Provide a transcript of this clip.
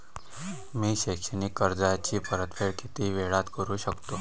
मी शैक्षणिक कर्जाची परतफेड किती वेळात करू शकतो